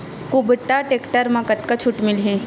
कुबटा टेक्टर म कतका छूट मिलही?